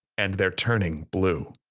and they're turning blue.